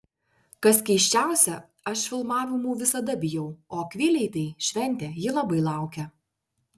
kas keisčiausia aš filmavimų visada bijau o akvilei tai šventė ji labai laukia